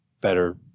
better